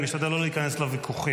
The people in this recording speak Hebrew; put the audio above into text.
אני משתדל לא להיכנס לוויכוחים.